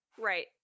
Right